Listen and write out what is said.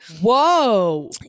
Whoa